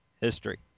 history